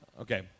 Okay